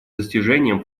достижением